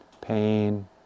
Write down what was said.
pain